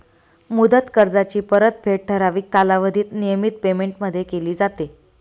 मुदत कर्जाची परतफेड ठराविक कालावधीत नियमित पेमेंटमध्ये केली जाते